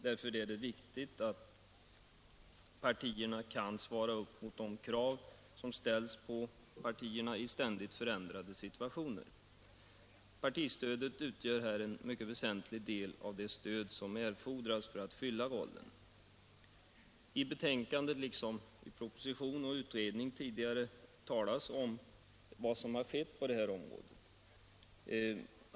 Därför är det viktigt att partierna kan svara mot de krav som ställs på dem i ständigt förändrade situationer. Partistödet utgör här en mycket väsentlig del av det stöd som erfordras för att partierna skall kunna fylla sin funktion. I betänkandet liksom i propositionen och i utredningen tidigare talas om vad som har skett på det här området.